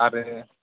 आरो